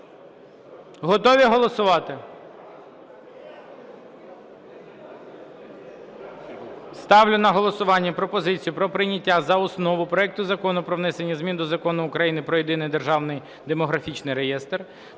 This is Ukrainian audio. Готові голосувати? Сталю на голосування пропозицію про прийняття за основу проекту Закону про внесення змін до Закону України "Про Єдиний державний демографічний реєстр